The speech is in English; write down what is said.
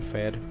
Fair